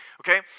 Okay